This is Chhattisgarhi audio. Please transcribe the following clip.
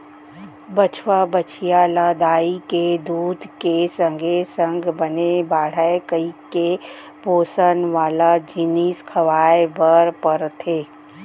बछवा, बछिया ल दाई के दूद के संगे संग बने बाढ़य कइके पोसन वाला जिनिस खवाए बर परथे